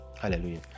Hallelujah